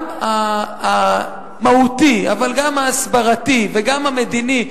גם המהותי אבל גם ההסברתי וגם המדיני,